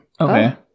Okay